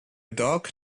dog